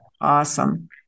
awesome